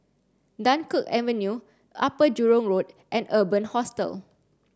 Dunkirk Avenue Upper Jurong Road and Urban Hostel